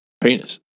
Penis